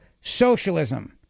socialism